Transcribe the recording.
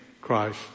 Christ